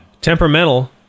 temperamental